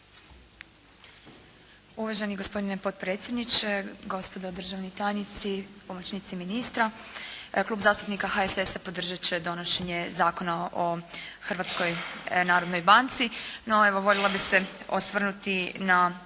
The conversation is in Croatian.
Uvaženi gospodine potpredsjedniče, gospodo državni tajnici, pomoćnici ministra. Klub zastupnika HSS-a podržat će donošenje Zakona o Hrvatskoj narodnoj banci. No evo, voljela bih se osvrnuti na